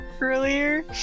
earlier